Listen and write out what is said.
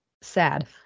sad